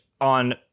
on